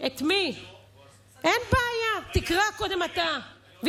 אני ממליץ לך לקרוא את הספר,